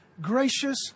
gracious